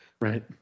Right